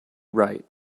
right